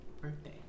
birthday